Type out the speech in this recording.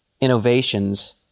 innovations